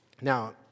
Now